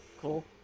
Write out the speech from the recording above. cool